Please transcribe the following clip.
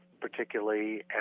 particularly